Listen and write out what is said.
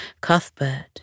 Cuthbert